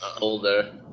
older